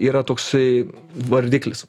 yra toksai vardiklis